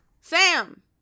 Sam